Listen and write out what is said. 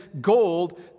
gold